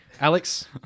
Alex